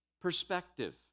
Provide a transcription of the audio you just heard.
perspective